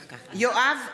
(קוראת בשם חבר הכנסת) יואב גלנט,